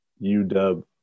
UW